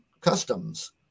customs